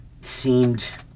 seemed